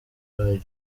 radio